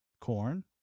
Corn